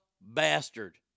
bastard